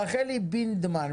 רחלי בינדמן,